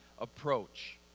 approach